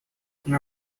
mwa